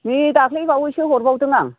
नै दाख्लैबावैसो हरबावदों आं